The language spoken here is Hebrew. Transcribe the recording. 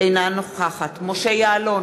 אינה נוכחת משה יעלון,